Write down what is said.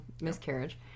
miscarriage